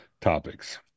topics